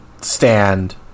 stand